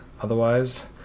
otherwise